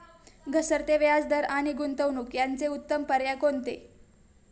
घसरते व्याजदर आणि गुंतवणूक याचे उत्तम पर्याय कोणते?